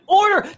order